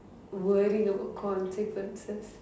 worrying about consequences